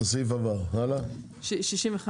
הצבעה אושר.